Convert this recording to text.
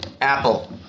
Apple